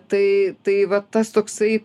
tai tai va tas toksai